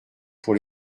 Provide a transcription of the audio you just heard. pour